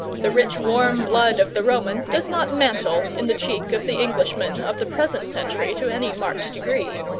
the rich warm blood of the roman does not mantle in the cheek of the englishman of the present century to any marked degree.